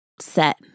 set